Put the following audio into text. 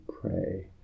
pray